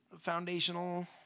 foundational